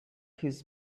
his